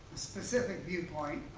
specific viewpoint.